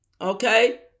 okay